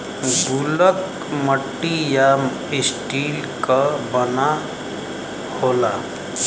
गुल्लक मट्टी या स्टील क बना होला